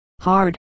hard